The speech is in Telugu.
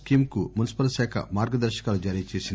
స్కీమ్ కు మున్సిపల్ శాఖ మార్గదర్పకాలు జారీచేసింది